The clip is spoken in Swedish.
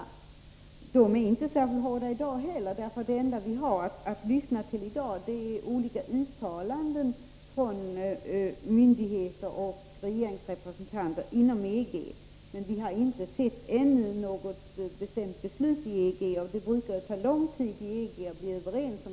De bestämmelserna är inte särskilt hårda i dag heller. Det enda vi har att lyssna till i dag är ju olika uttalanden från myndigheter och regeringsrepresentanter inom EG, men vi har inte ännu sett något bestämt beslut inom EG — det brukar ju ta lång tid inom EG att bli överens.